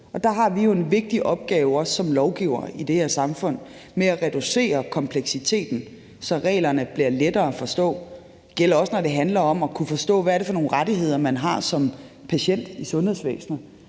Der har vi jo som lovgivere i det her samfund også en vigtig opgave med at reducere kompleksiteten, så reglerne bliver lettere at forstå. Det gælder også, når det handler om at kunne forstå, hvad det er for nogle rettigheder, man har som patient i sundhedsvæsenet.